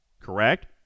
correct